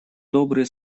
добрые